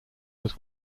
was